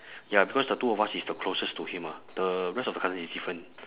ya because the two of us is the closest to him ah the rest of the cousin is different